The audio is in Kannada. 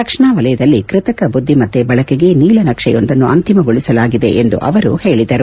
ರಕ್ಷಣಾ ವಲಯದಲ್ಲಿ ಕೃತಕ ಬುದ್ಲಿಮತ್ತೆ ಬಳಕೆಗೆ ನೀಲನಕ್ಷೆಯೊಂದನ್ನು ಅಂತಿಮಗೊಳಿಸಲಾಗಿದೆ ಎಂದು ಅವರು ಹೇಳಿದರು